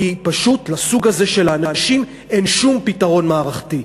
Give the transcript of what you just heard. כי פשוט לסוג הזה של האנשים אין שום פתרון מערכתי.